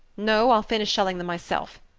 no, i'll finish shelling them myself.